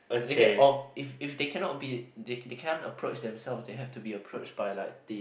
they can oh if if they cannot be they they can't approach themselves they have to be approach by like the